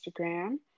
Instagram